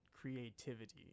creativity